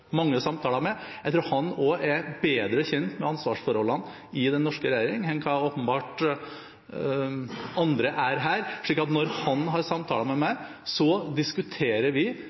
bedre kjent med ansvarsforholdene i den norske regjering enn hva åpenbart andre her er, slik at når han har samtaler med meg, diskuterer vi